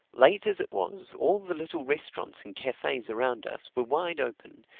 late as it was, all the little restaurants and cafes around us were wide open,